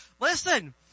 listen